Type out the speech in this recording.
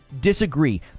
Disagree